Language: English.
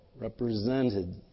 represented